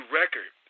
record